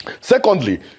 Secondly